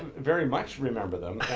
very much remember them,